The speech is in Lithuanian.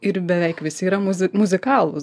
ir beveik visi yra muzi muzikalūs